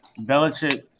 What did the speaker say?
Belichick